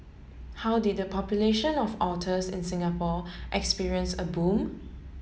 how did the population of otters in Singapore experience a boom